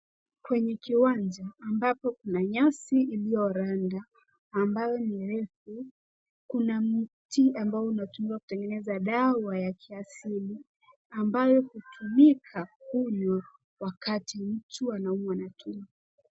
Kwenye kiwanja ambapo kuna nyasi ilioranda ambayo ni refu. Kuna mti ambao unatumiwa kutengeneza dawa ya kiasili ambayo huyumika kunywa wakati mtu anaumwa na tumbo.